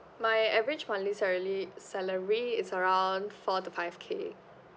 my average monthly salary salary is around four to five K